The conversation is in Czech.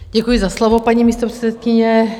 Děkuji za slovo, paní místopředsedkyně.